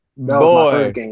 Boy